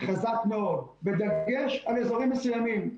חזק מאוד, בדגש על אזורים מסוימים.